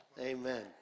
Amen